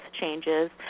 changes